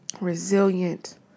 Resilient